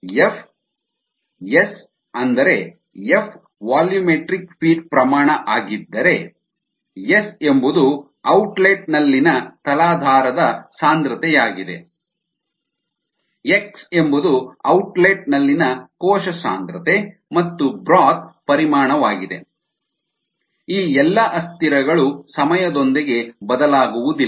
F S ಅಂದರೆ F volumetric feed ಪ್ರಮಾಣ ಆಗಿದ್ದರೆ ಎಸ್ ಎಂಬುದು ಔಟ್ಲೇಟ್ನಲ್ಲಿನ ತಲಾಧಾರದ ಸಾಂದ್ರತೆಯಾಗಿದೆ ಎಕ್ಸ್ ಎಂಬುದು ಔಟ್ಲೇಟ್ನಲ್ಲಿನ ಕೋಶ ಸಾಂದ್ರತೆ ಮತ್ತು ಬ್ರೋತ್ ಪರಿಮಾಣವಾಗಿದೆ ಈ ಎಲ್ಲಾ ಅಸ್ಥಿರಗಳು ಸಮಯದೊಂದಿಗೆ ಬದಲಾಗುವುದಿಲ್ಲ